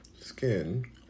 Skin